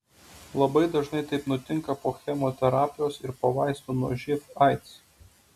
labai dažnai taip nutinka po chemoterapijos ir po vaistų nuo živ aids